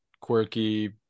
quirky